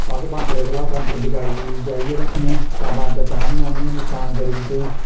अस बांदरें कोला कनक बचाई बचाई रक्खने बांदर तां बी आनियै नकसान करुड़दे